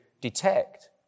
detect